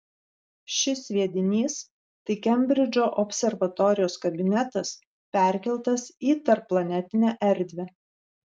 šis sviedinys tai kembridžo observatorijos kabinetas perkeltas į tarpplanetinę erdvę